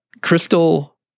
Crystal